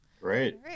Great